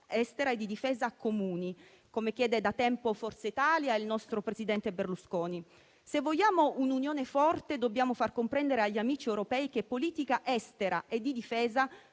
estera e di difesa comuni, come chiedono da tempo Forza Italia e il nostro presidente Berlusconi. Se vogliamo un'Unione forte dobbiamo far comprendere agli amici europei che politica estera e di difesa